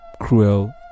cruel